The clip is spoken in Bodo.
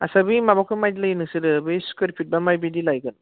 आस्सा बे माबाखौ माबायदि लायो नोंसोरो बे स्कुवेरफिट बा माबायदि लागोन